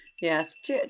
Yes